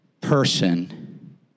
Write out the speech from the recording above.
person